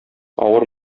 авыр